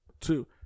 two